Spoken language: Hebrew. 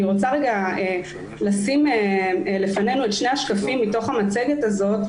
רוצה לשים לפנינו שני שקפים מתוך המצגת הזאת,